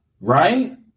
right